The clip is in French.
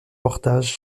portage